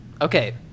Okay